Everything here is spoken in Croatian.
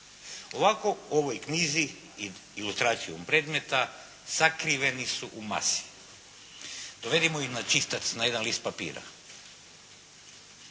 Ovako u ovoj knjizi ilustracijom predmeta sakriveni su u masi. Dovedimo ih na čistac na jedan list papira.